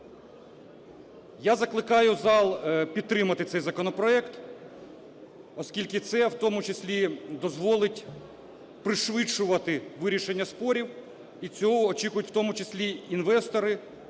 Я закликаю зал підтримати цей законопроект. Оскільки це, в тому числі дозволить пришвидшувати вирішення спорів і цього очікують, в тому числі інвестори,